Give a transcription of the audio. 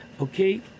okay